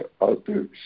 others